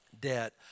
debt